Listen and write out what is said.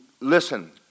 Listen